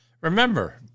Remember